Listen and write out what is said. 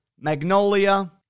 magnolia